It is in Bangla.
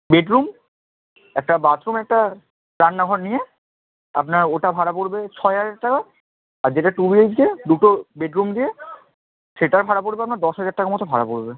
বেডরুম একটা বাথরুম একটা রান্নাঘর নিয়ে আপনার ওটা ভাড়া পড়বে ছয় হাজার টাকা আর যেটা টু বি এইচ কে দুটো বেডরুম দিয়ে সেটার ভাড়া পড়বে আপনার দশ হাজার টাকা মতো ভাড়া পড়বে